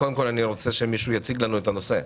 קודם כל, מי מציג את הנושא?